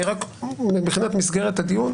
מבחינת מסגרת הדיון,